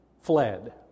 fled